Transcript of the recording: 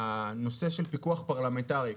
הנושא של פיקוח פרלמנטרי,